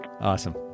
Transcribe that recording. Awesome